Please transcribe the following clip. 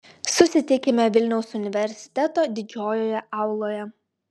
susitikime vilniaus universiteto didžiojoje auloje